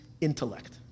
intellect